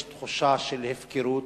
יש תחושה של הפקרות.